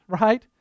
right